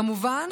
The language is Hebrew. כמובן,